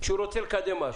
כשהוא רוצה לקדם משהו?